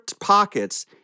pockets